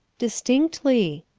distinctly.